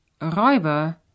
räuber